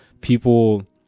people